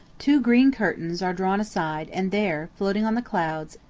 two green curtains are drawn aside and there, floating on the clouds,